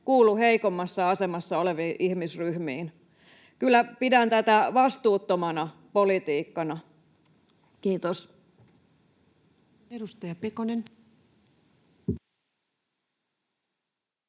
kuulu heikoimmassa asemassa oleviin ihmisryhmiin? Kyllä pidän tätä vastuuttomana politiikkana. — Kiitos.